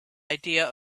idea